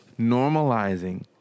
normalizing